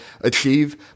achieve